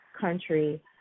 country